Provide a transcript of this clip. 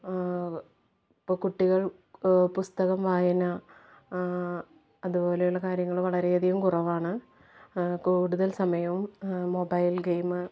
ഇപ്പോൾ കുട്ടികൾ പുസ്തകം വായന അതുപോലെയുള്ള കാര്യങ്ങൾ വളരെയധികം കുറവാണ് കൂടുതൽ സമയവും മൊബൈൽ ഗെയിമ്